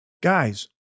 guys